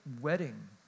wedding